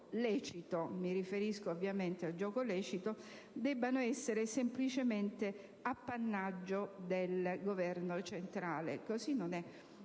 gioco - mi riferisco ovviamente al gioco lecito - debbano essere semplicemente appannaggio del Governo centrale: così non è